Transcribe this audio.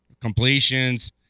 completions